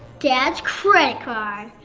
dad's credit card!